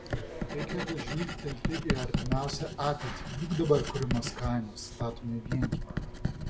reikėtų žvilgtelėti į artimiausią ateitį juk dabar kuriamas kaimas statomi vienkiemiai